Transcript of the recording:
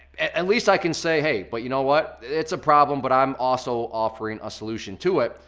at least i can say hey, but you know what, it's a problem but i'm also offering a solution to it.